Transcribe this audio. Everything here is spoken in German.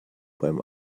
beim